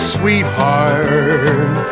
sweetheart